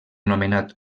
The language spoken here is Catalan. nomenat